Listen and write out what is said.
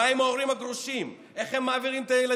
מה עם ההורים הגרושים, איך הם מעבירים את הילדים?